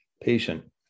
patient